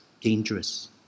dangerous